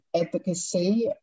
advocacy